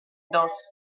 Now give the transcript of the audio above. dos